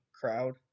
crowd